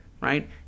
right